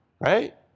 right